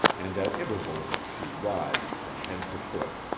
and at intervals she writhed from head to foot.